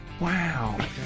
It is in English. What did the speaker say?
Wow